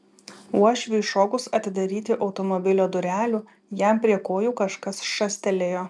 uošviui šokus atidaryti automobilio durelių jam prie kojų kažkas šastelėjo